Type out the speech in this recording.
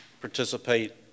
participate